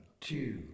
two